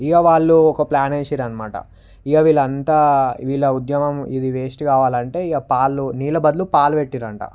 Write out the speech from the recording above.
ఇక వాళ్ళు ఒక ప్ల్యాన్ వేసారనమాట ఇక వీళ్లంతా వీళ్ళ ఉద్యమం ఇది వేస్ట్ కావాలంటే ఇక పాలు నీళ్ళ బదులు పాలు పెట్టిరంట